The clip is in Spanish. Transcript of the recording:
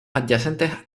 adyacentes